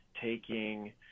taking